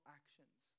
actions